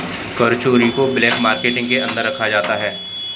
कर चोरी को भी ब्लैक मार्केटिंग के अंतर्गत रखा जाता है